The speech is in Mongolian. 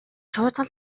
шуудхан